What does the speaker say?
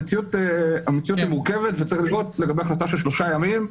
המציאות היא מורכבת וצריך לראות לגבי החלטה של שלושה ימים,